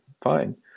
Fine